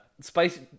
Spicy